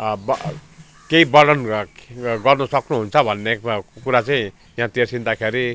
ब केही वर्णन गर् गर्नु सक्नु हुन्छ भन्ने कु कुरा चाहिँ यहाँ तेर्सिन्दाखेरि